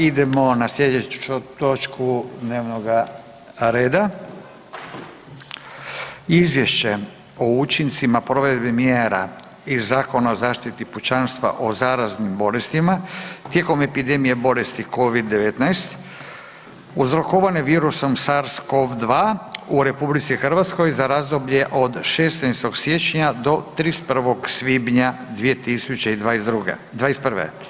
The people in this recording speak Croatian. Idemo na slijedeću točku dnevnoga reda: - Izvješće o učincima provedbe mjera iz Zakona o zaštiti pučanstva od zaraznih bolesti tijekom epidemije bolesti Covid-19 uzrokovane virusom SARS-COV-2 u RH za razdoblje od 16. siječnja do 31. svibnja 2021.